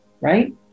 right